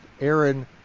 Aaron